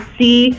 see